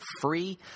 free